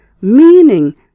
Meaning